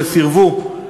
וסירבו.